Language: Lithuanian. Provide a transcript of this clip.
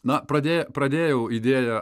na pradė pradėjau idėją